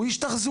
הוא איש תחזוקה,